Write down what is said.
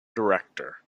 director